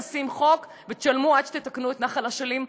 נשים חוק, ותשלמו עד שתתקנו את נחל אשלים,